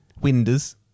Windows